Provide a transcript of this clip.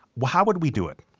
how would we do it?